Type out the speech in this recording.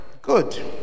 good